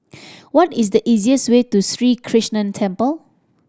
what is the easiest way to Sri Krishnan Temple